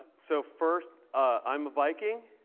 so first, i'm a viking.